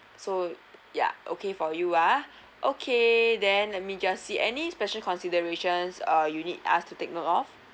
so ya okay for you ah okay then let me just see any special considerations uh you need us to take note of